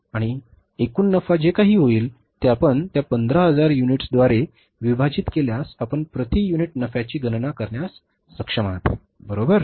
आणि एकूण नफा जे काही होईल ते आपण त्या 15000 युनिट्सद्वारे विभाजित केल्यास आपण प्रति युनिट नफ्याची गणना करण्यास सक्षम आहात बरोबर